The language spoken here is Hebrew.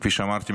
כפי שאמרתי,